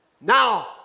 Now